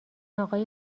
آقای